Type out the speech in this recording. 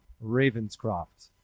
Ravenscroft